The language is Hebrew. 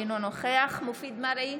אינו נוכח מופיד מרעי,